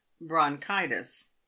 bronchitis